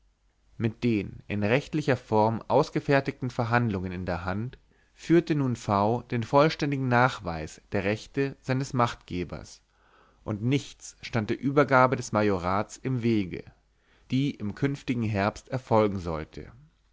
mit den in rechtlicher form ausgefertigten verhandlungen in der hand fuhrte nun v den vollständigen nachweis der rechte seines machtgebers und nichts stand der übergabe des majorats im wege die im künftigen herbst erfolgen sollte